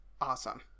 Awesome